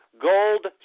Gold